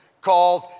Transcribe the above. called